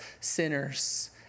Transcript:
sinners